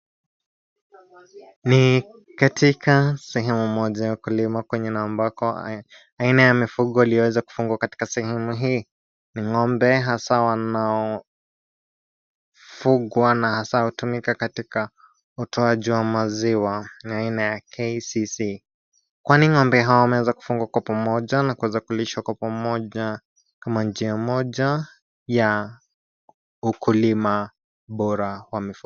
Ni, katika, sehemu moja ya ukulima kwengine ambako, aina ya mifugo imeweza kufugwa katika sehemu hii, ni ng'ombe hasaa wanao, fugwa na hasaa hutumika katika, utoaji wa maziwa, ni aina ya KCC , kwani ng'ombe hawa wameweza kufungwa kwa pamoja na kuweza kulishwa kwa pamoja, kama njia moja, ya, ukulima, bora wa mifugo.